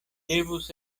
devus